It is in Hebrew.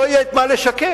לא יהיה מה לשקם.